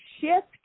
shift